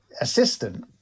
assistant